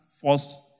force